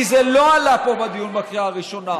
כי זה לא עלה פה בדיון בקריאה הראשונה.